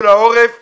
העורף הוא